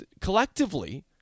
collectively